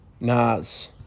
Nas